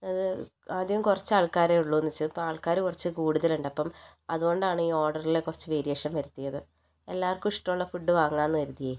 അത് ആദ്യം കുറച്ച് ആൾക്കാരെ ഉള്ളൂ എന്ന് വെച്ചു ഇപ്പോൾ ആൾക്കാർ കുറച്ച് കൂടുതൽ ഉണ്ട് അപ്പം അത്കൊണ്ടാണ് ഈ ഓർഡറിൽ കുറച്ച് വേരിയേഷൻ വരുത്തിയത് എല്ലാവർക്കും ഇഷ്ട്ടമുള്ള ഫുഡ് വാങ്ങാമെന്ന് കരുതിയത്